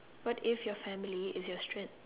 what if your family is your strength